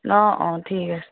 অঁ অঁ ঠিক আছে